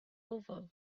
over